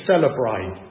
celebrate